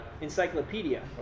encyclopedia